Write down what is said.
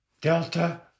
Delta